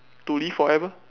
to live forever